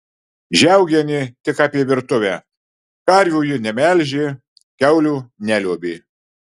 žiaugienė tik apie virtuvę karvių ji nemelžė kiaulių neliuobė